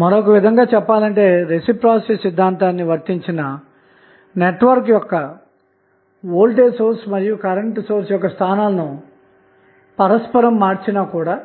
మరొక విధంగా చెప్పాలంటే రెసిప్రొసీటీ సిద్ధాంతాన్ని వర్తించిన నెట్వర్క్ యొక్క వోల్టేజ్ సోర్స్ మరియు కరెంట్ యొక్క స్థానాలను పరస్పరం మార్చినా కూడా